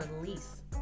release